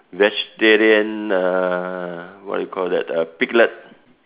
vegetarian uh what do you call that uh piglet